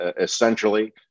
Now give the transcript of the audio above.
essentially